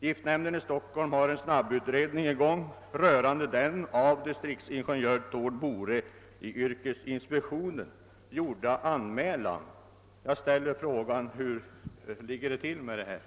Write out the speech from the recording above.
Giftnämnden i Stockholm har en snabbutredning i gång rörande den av Thord Bore i yrkesinspektionen gjorda anmälan. Jag ställer frågan: Hur ligger det till med denna sak?